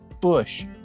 Bush